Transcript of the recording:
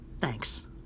Thanks